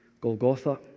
Golgotha